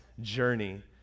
journey